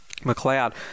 McLeod